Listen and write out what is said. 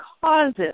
causes